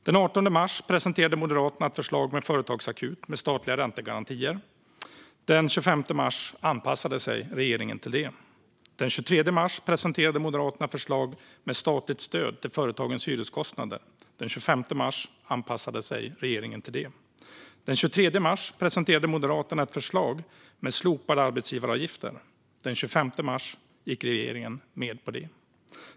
Den 18 mars presenterade Moderaterna ett förslag om en företagsakut med statliga räntegarantier. Den 25 mars anpassade sig regeringen till det. Den 23 mars presenterade Moderaterna ett förslag om statligt stöd till företagens hyreskostnader. Den 25 mars anpassade sig regeringen till det. Den 23 mars presenterade Moderaterna ett förslag om slopade arbetsgivaravgifter. Den 25 mars gick regeringen med på det.